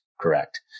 Correct